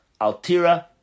Altira